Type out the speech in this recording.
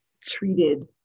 treated